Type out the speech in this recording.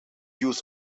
use